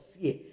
fear